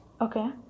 Okay